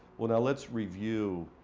well, now, let's review